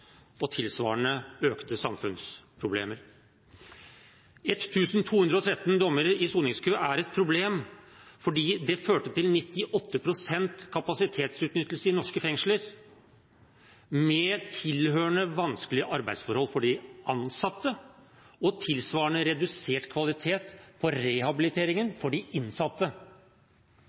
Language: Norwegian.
og tilsvarende økte samfunnsproblemer. 1 213 dommer i soningskø er et problem fordi det førte til 98 pst. kapasitetsutnyttelse i norske fengsler, med tilhørende vanskelige arbeidsforhold for de ansatte og tilsvarende redusert kvalitet på rehabiliteringen